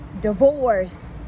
divorce